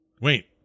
Wait